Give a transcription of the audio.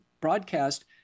broadcast